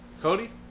Cody